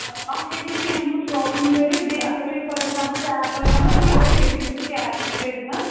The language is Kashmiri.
آ اَکھ ہیٚکِو تُہۍ اَمہِ تھرٛوٗ شاپِنٛگ کٔرِتھ بیٚیہِ اگر تُہۍ فار ایٚگزامپُل کیش آسو نا ضروٗرت تُہۍ ہیٚکِو سُہ کیش تہِ کٔرِتھ